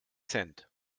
cent